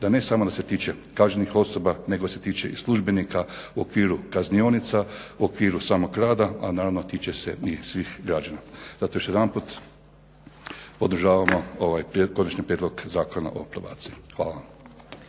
da ne samo da se tiče kažnjenih osoba, nego se tiče i službenika u okviru kaznionica, u okviru samog rada, a naravno tiče se i svih građana. Zato još jedanput podržavamo ovaj Konačni prijedlog zakona o probaciji. Hvala.